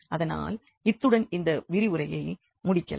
அதனால் இத்துடன் இந்த விரிவுரையை முடிக்கலாம்